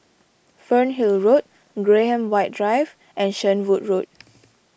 Fernhill Road Graham White Drive and Shenvood Road